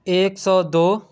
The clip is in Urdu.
ایک سو دو